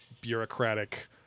bureaucratic